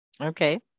Okay